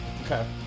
Okay